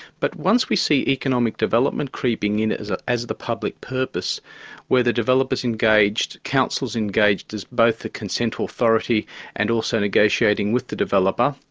but once we see economic development creeping in as ah as the public purpose where the developer's engaged, council's engaged as both the consent authority and also negotiating with the developer.